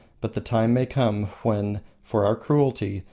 but the time may come when, for our cruelty,